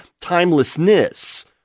timelessness